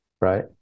right